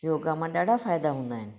योगा मां ॾाढा फ़ाइदा हूंदा आहिनि